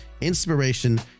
inspiration